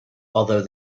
although